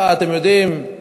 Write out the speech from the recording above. אתם יודעים,